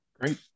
Great